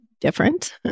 different